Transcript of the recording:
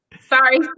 sorry